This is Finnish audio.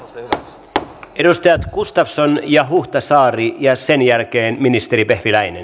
edustajat gustafsson ja huhtasaari ja sen jälkeen ministeri vehviläinen